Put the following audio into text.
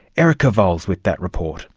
erica vowles with that report.